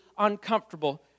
uncomfortable